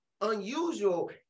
unusual